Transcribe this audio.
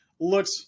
looks